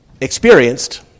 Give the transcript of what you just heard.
experienced